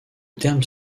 terme